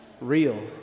real